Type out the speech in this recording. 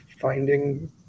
finding